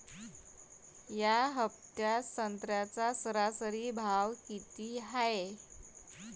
या हफ्त्यात संत्र्याचा सरासरी भाव किती हाये?